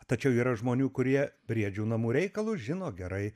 tačiau yra žmonių kurie briedžių namų reikalus žino gerai